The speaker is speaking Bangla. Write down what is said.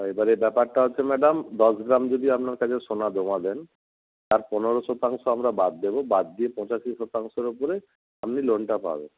এবারে ব্যাপারটা হচ্ছে ম্যাডাম দশ গ্রাম যদি আপনার কাছে সোনা জমা দেন তার পনেরো শতাংশ আমরা বাদ দেবো বাদ দিয়ে পঁচাশি শতাংশের ওপরে আপনি লোনটা পাবেন